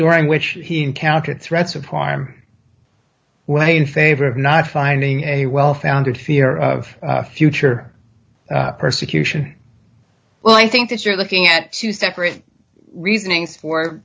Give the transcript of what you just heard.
during which he encountered threats of harm in favor of not finding a well founded fear of future persecution well i think that you're looking at two separate reasonings for